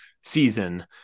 season